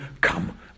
come